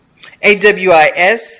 AWIS